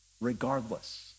regardless